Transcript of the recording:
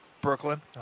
Brooklyn